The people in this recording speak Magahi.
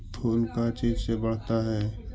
फूल का चीज से बढ़ता है?